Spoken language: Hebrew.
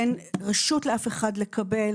אין רשות לאף אחד לקבל.